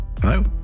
Hello